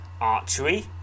Archery